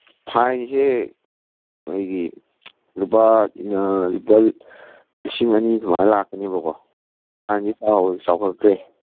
ꯐꯥꯏꯟꯁꯦ ꯑꯩꯈꯣꯏꯒꯤ ꯂꯨꯄꯥ ꯂꯨꯄꯥ ꯂꯤꯁꯤꯡ ꯑꯅꯤ ꯑꯗꯨꯃꯥꯏꯅ ꯂꯥꯛꯀꯅꯤꯕꯀꯣ ꯐꯥꯏꯟꯁꯤ ꯆꯥꯎꯈꯠꯈ꯭ꯔꯦ